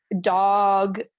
dog